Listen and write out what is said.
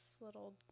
little